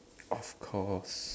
of course